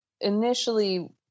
initially